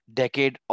decade